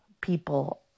people